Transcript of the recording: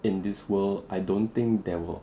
in this world I don't think there will